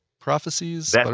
Prophecies